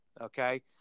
okay